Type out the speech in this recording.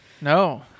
No